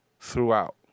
throughout